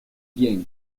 bien